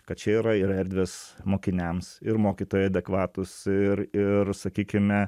kad čia yra ir erdvės mokiniams ir mokytojai adekvatūs ir ir sakykime